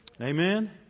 Amen